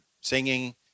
singing